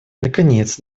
наконец